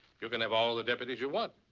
you can have all the deputies you want.